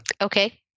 Okay